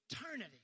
eternity